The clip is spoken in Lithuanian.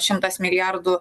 šimtas milijardų